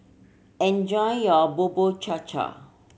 enjoy your Bubur Cha Cha